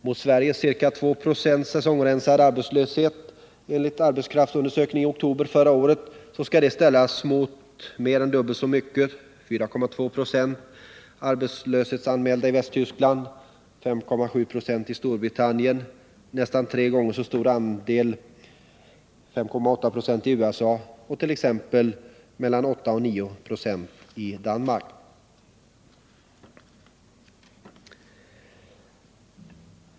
Mot Sveriges ca 2 96 i säsongrensad arbetslöshet, enligt arbetskraftsundersökningen i oktober förra året, skall ställas mer än dubbelt så många, 4,2 96, arbetslöshetsanmälda i Västtyskland, 5,7 96 i Storbritannien, nästan tre gånger så många, 5,8 96, i USA och 8-9 96 i Danmark.